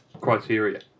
criteria